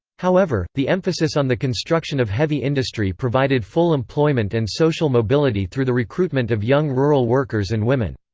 however, the emphasis on the construction of heavy industry provided full employment and social mobility through the recruitment of young rural workers and women.